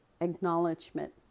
acknowledgement